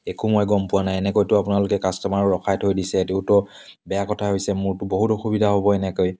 একো মই গম পোৱা নাই এনেকৈতো আপোনালোকে কাষ্টমাৰক ৰখাই থৈ দিছে সেইটোতো বেয়া কথা হৈছে মোৰ বহুত অসুবিধা হ'ব এনেকৈ